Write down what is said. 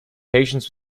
patients